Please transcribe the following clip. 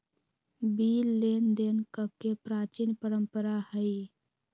bill लेनदेन कके प्राचीन परंपरा हइ